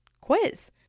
quiz